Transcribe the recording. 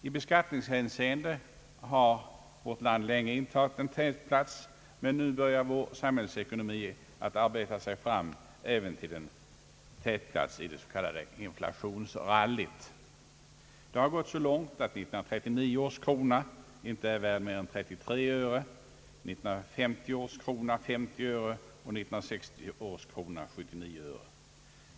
I beskattningshänseende har vårt land länge intagit en tätplats, men nu börjar även vår samhällsekonomi att arbeta sig fram till en tätplats i det s.k. inflationsrallyt. Det har gått så långt att 1939 års krona inte är värd mer än 33 öre, 1950 års krona 50 öre och 1960 års krona 79 öre.